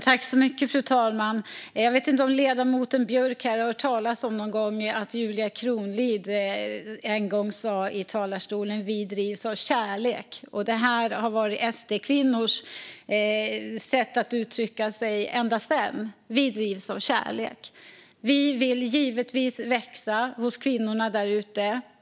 Fru talman! Jag vet inte om ledamoten Björck har hört talas om att Julia Kronlid en gång sa i talarstolen att vi drivs av kärlek. Det har ända sedan dess varit SD-kvinnors sätt att uttrycka oss - vi drivs av kärlek. Vi vill givetvis växa hos kvinnorna där ute.